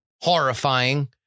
horrifying